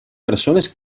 persones